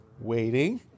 Waiting